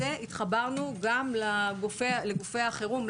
התחברנו גם לגופי החירום,